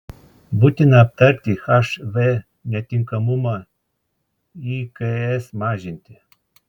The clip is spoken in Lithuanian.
būtina aptarti hv netinkamumą iks mažinti